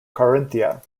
carinthia